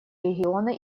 региона